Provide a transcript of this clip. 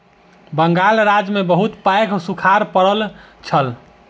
बंगाल राज्य में बहुत पैघ सूखाड़ पड़ल छल